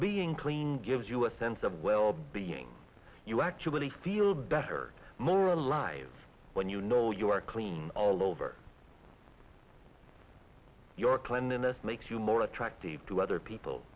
being clean gives you a sense of well being you actually feel better more alive when you know you are clean all over your clendinnen makes you more attractive to other people